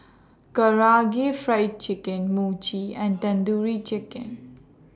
Karaage Fried Chicken Mochi and Tandoori Chicken